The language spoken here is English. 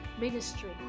ministry